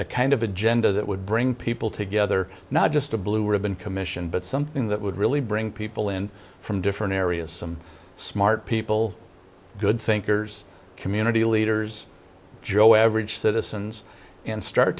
a kind of agenda that would bring people together not just a blue ribbon commission but something that would really bring people in from different areas some smart people good thinkers community leaders joe average citizens and start